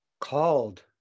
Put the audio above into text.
called